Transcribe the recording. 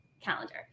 calendar